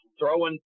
throwing